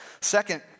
Second